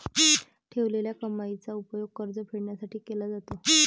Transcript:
ठेवलेल्या कमाईचा उपयोग कर्ज फेडण्यासाठी केला जातो